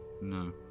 No